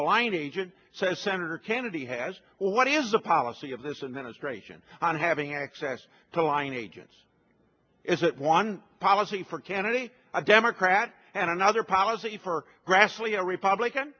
the line agent says senator kennedy has well what is the policy of this administration on having access to line agents is it one policy for kennedy a democrat and another policy for grassley a republican